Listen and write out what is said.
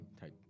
type